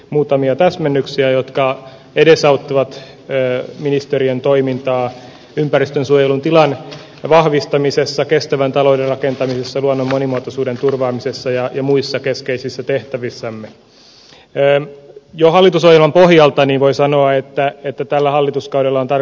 muutamia täsmennyksiä jotka edesauttavat ministeriön toimintaa ympäristönsuojelun tilan vahvistamisessa kestävän talouden rakentamisessa luonnon monimuotoisuuden turvaamisessa ja muissa keskeisissä tehtävissämme renny jo hallitusohjelman pohjalta niin voi sanoa että että tällä hallituskaudella tai